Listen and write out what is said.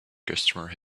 customer